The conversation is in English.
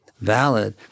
valid